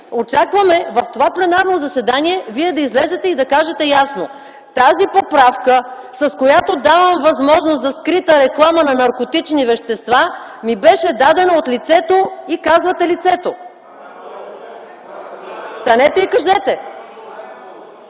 очакваме в това пленарно заседание Вие да излезете и да кажете ясно: Тази поправка, с която давам възможност за скрита реклама на наркотични вещества ми беше дадена от лицето ..., и казвате лицето. РЕПЛИКИ ОТ